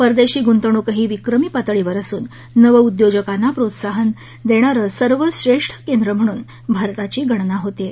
परदेशी गुंतवणूकही विक्रमी पातळीवर असून नवउद्योजकांना प्रोत्साहन देणारं सर्वश्रेष्ठ केंद्र म्हणून भारताची गणना होत आहे